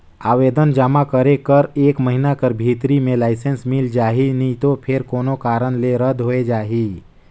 आवेदन जमा करे कर एक महिना कर भीतरी में लाइसेंस मिल जाही नी तो फेर कोनो कारन ले रद होए जाही